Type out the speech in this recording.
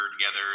together